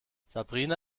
sabrina